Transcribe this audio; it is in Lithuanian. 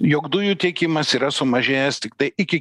jog dujų tiekimas yra sumažėjęs tiktai iki